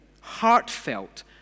heartfelt